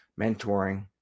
mentoring